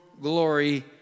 glory